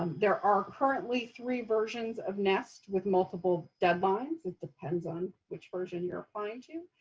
um there are currently three versions of nest with multiple deadlines. it depends on which version you're applying to.